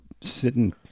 sitting